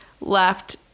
left